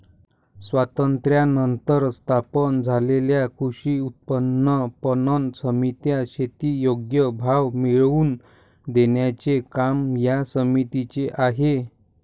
स्वातंत्र्यानंतर स्थापन झालेल्या कृषी उत्पन्न पणन समित्या, शेती योग्य भाव मिळवून देण्याचे काम या समितीचे आहे